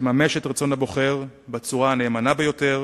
שתממש את רצון הבוחר בצורה הנאמנה ביותר